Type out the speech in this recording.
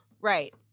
Right